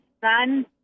son